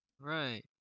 Right